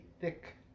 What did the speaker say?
thick